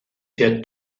yet